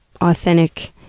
authentic